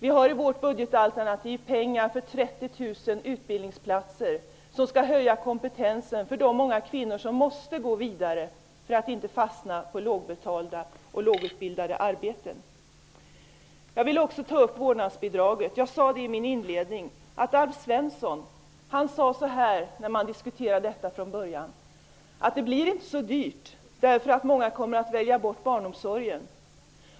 I vårt budgetalternativ har vi också pengar till 30 000 utbildningsplatser, som skall höja kompetensen hos de många kvinnor som måste gå vidare för att inte fastna på okvalificerade och lågt betalda arbeten. Jag vill också ta upp vårdnadsbidraget. När man började diskutera det sade Alf Svensson: Det blir inte så dyrt, därför att många kommer att välja bort barnomsorgen.